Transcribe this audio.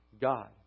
God